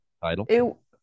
title